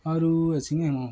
अरू एकछिन है म